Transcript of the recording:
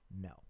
No